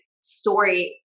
story